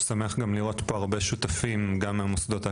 שמח לראות פה הרבה שותפים גם מהמוסדות האקדמיים,